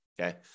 Okay